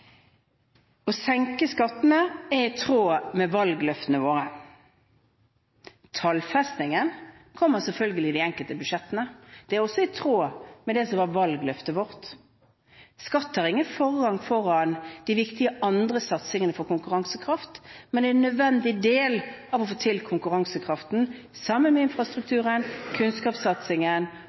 Å senke skattene er i tråd med valgløftene våre. Tallfestingen kommer selvfølgelig i de enkelte budsjettene. Det er også i tråd med det som var valgløftet vårt. Skatt har ingen forrang foran de andre viktige satsingene på konkurransekraft, men det er en nødvendig del for å styrke konkurransekraften, sammen med infrastrukturen, kunnskapssatsingen